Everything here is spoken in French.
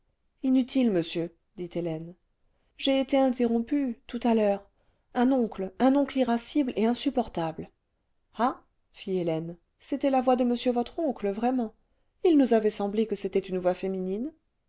vingtième siècle j'ai'été interrompu tout à lheure un oncle un oncle irascible et insupportable ah fit hélène c'était la voix de monsieur votre oncle vraiment il nous avait semblé que c'était une voix féminine